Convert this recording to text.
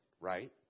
right